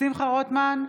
שמחה רוטמן,